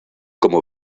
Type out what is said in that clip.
como